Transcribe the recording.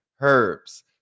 herbs